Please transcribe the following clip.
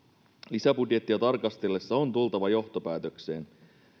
lisäbudjettia tarkastellessa on tultava johtopäätökseen